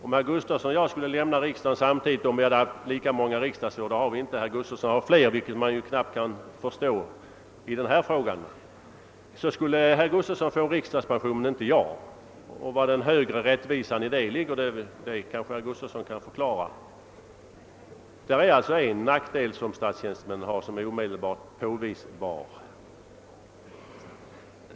Om herr Gustavsson och jag lämnade riksdagen samtidigt, så skulle herr Gustavsson få riksdagspension men inte jag. Jag bortser från att herr Gustavsson har fler riksdagsår än jag — något som man knappast kan förstå efter hans agerande i denna fråga. Var den högre rättvisan häri ligger kan kanske herr Gustavsson förklara. Detta är alltså en nackdel för statstjänstemännen som är omedelbart påvisbar.